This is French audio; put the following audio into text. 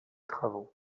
travaux